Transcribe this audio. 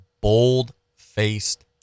bold-faced